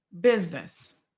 business